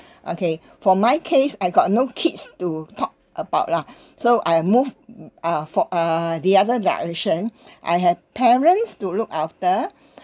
okay for my case I got no kids to talk about lah so I move uh for uh the other direction I had parents to look after